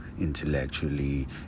intellectually